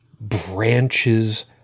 branches